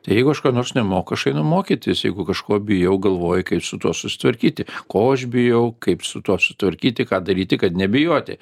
tai jeigu aš ko nors nemoku aš einu mokytis jeigu kažko bijau galvoji kaip su tuo susitvarkyti ko aš bijau kaip su tuo susitvarkyti ką daryti kad nebijoti